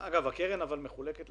וגם אם הכסף לא חויב פורמלית,